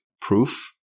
proof